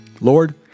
Lord